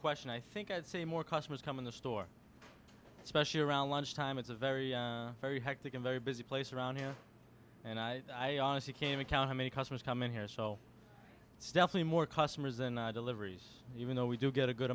question i think i'd say more customers come in the store especially around lunchtime it's a very very hectic and very busy place around here and i honestly can't count how many customers come in here so stephanie more customers than i deliveries even though we do get a good